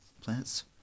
plants